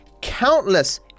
countless